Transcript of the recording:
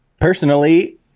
personally